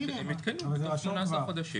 לא, הם יותקנו בתוך 18 חודשים.